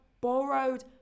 borrowed